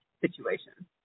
situation